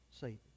Satan